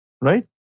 right